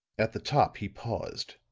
at the top he paused,